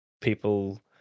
people